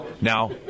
Now